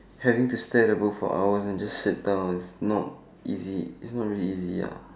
having to stay in the book for hours and just sit down not easy it's not easy ya